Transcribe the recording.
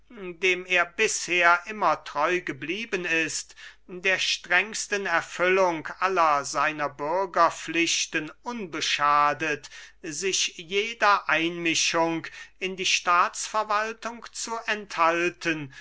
dem er bisher immer treu geblieben ist der strengsten erfüllung aller seiner bürgerpflichten unbeschadet sich jeder einmischung in die staatsverwaltung zu enthalten